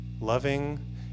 Loving